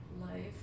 life